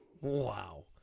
Wow